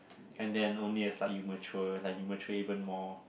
and then only a slight immature like you mature even more